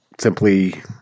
simply